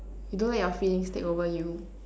you don't let your feelings take over you